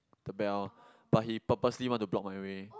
the bell but he purposely want to block my way